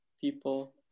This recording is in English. people